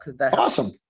Awesome